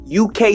UK